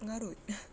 mengarut